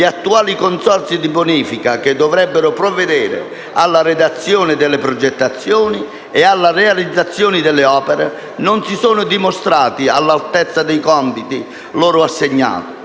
gli attuali consorzi di bonifica, che dovrebbero provvedere alla redazione delle progettazioni e alla realizzazione delle opere, non si sono dimostrati all’altezza dei compiti loro assegnati.